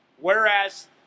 Whereas